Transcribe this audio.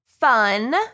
Fun